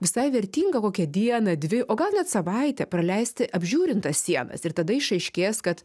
visai vertinga kokią dieną dvi o gal net savaitę praleisti apžiūrint tas sienas ir tada išaiškės kad